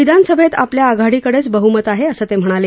विधानसभेत आपल्या आघाडीकडेच बहमत आहे असं ते म्हणाले